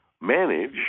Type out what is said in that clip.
manage